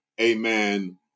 amen